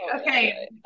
okay